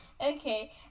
Okay